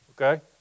Okay